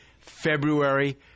February